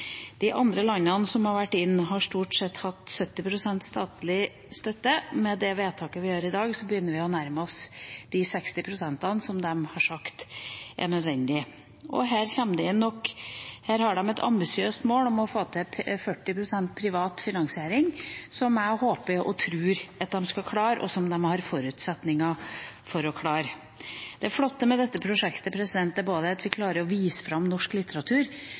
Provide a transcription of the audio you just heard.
De andre landene som har vært inne, har stort sett hatt 70 pst. statlig støtte. Med det vedtaket vi gjør i dag, nærmer vi oss de 60 pst. som de har sagt er nødvendig. De har et ambisiøst mål om å få til 40 pst. privat finansiering, som jeg håper og tror at de skal klare, og som de har forutsetninger for å klare. Det flotte med dette prosjektet er at vi klarer å vise fram norsk litteratur,